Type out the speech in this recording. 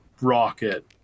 rocket